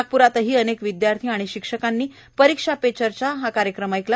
नागप्रातही अनेक विद्यार्थी आणि शिक्षकांनी परीक्षा पे चर्चा कार्यक्रम ऐकला